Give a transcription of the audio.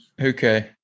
Okay